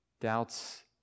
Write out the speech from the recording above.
Doubts